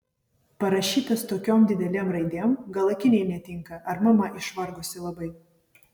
parašytas tokiom didelėm raidėm gal akiniai netinka ar mama išvargusi labai